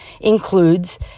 includes